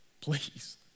please